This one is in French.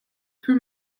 peu